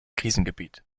krisengebiet